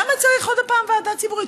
למה צריך עוד פעם ועדה ציבורית?